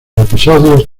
episodios